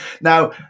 Now